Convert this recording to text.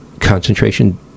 concentration